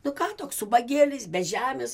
nu ką toks ubagėlis bežemis